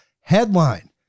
Headline